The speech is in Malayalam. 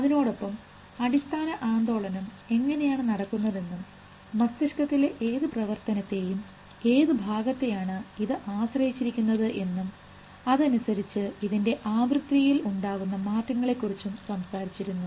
അതിനോടൊപ്പം അടിസ്ഥാന ആന്തോളനം എങ്ങനെയാണ് നടക്കുന്നതെന്നും മസ്തിഷ്കത്തിലെ ഏതു പ്രവർത്തനത്തെയും ഏത് ഭാഗത്തെയാണ് ഇത് ആശ്രയിച്ചിരിക്കുന്നത് എന്നും അതനുസരിച്ച് ഇതിൻറെ ആവൃത്തിയിൽ ഉണ്ടാകുന്ന മാറ്റങ്ങളെക്കുറിച്ച് സംസാരിച്ചിരുന്നു